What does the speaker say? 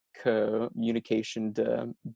communication